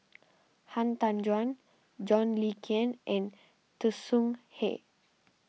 Han Tan Juan John Le Cain and Tsung Yeh